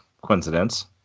coincidence